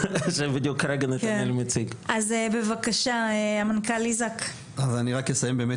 אז יש את